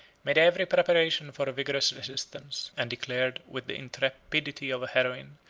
made every preparation for a vigorous resistance, and declared, with the intrepidity of a heroine,